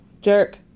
jerk